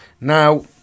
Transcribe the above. Now